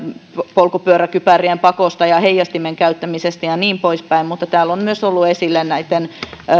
polkupyöräkypärien pakosta ja heijastimen käyttämisestä ja niin pois päin mutta täällä on myös ollut esillä